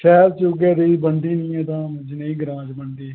शैह्र च नेहं बनदे गै नेईं जनेह् ग्रां च बनदे